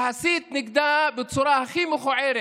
להסית נגדה בצורה הכי מכוערת,